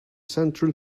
central